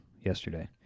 Yesterday